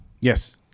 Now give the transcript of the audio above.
Yes